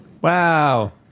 Wow